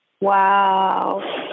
Wow